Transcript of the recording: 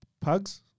Pugs